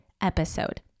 episode